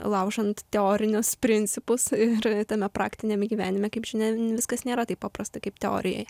laužant teorinius principus ir tame praktiniame gyvenime kaip žinia viskas nėra taip paprasta kaip teorijoj